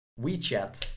WeChat